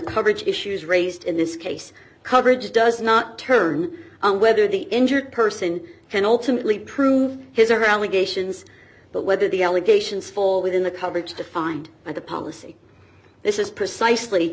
coverage issues raised in this case coverage does not turn on whether the injured person can ultimately prove his or her allegations but whether the allegations fall within the coverage defined by the policy this is precisely